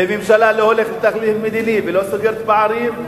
וממשלה לא הולכת לתהליך מדיני ולא סוגרת פערים,